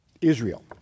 Israel